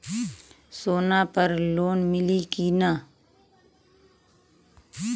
सोना पर लोन मिली की ना?